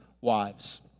Wives